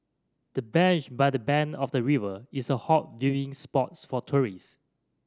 the bench by the bank of the river is a hot viewing spots for tourist